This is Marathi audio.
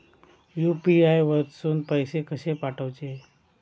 यू.पी.आय वरसून पैसे कसे पाठवचे?